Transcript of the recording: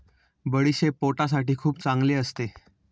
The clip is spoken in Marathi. बडीशेप पोटासाठी खूप चांगली असते